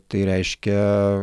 tai reiškia